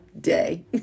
day